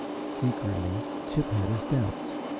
secretly, chip had his doubts.